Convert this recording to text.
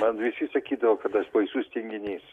man visi sakydavo kad aš baisus tinginys